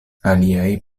aliaj